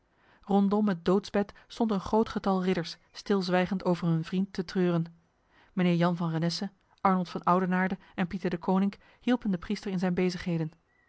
rondom het doodsbed stond een groot getal ridders stilzwijgend over hun vriend te treuren mijnheer jan van renesse arnold van oudenaarde en pieter deconinck hielpen de priester in zijn bezigheden